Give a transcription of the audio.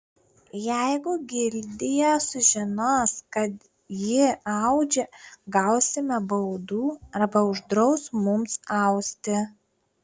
jeigu gildija sužinos kad ji audžia gausime baudų arba uždraus mums austi